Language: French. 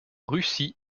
russie